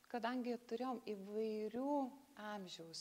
kadangi turėjom įvairių amžiaus